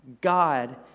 God